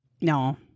No